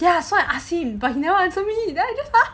ya so I ask him but no answer me then I just !huh!